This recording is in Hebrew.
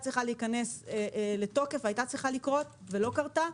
צריכה להיכנס לתוקף ולקרות ולא קרתה.